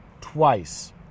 twice